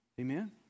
Amen